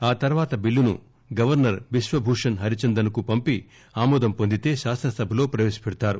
ఆ తర్వాత బిల్లును గవర్సర్ బిశ్వభూషణ్ హరిచందన్ కు పంపి ఆమోదం పొందితే శాసనసభలో ప్రవేశపెడతారు